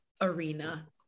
arena